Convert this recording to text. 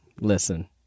listen